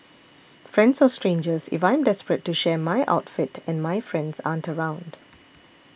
friends or strangers if I am desperate to share my outfit and my friends aren't around